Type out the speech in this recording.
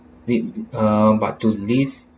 did uh but to live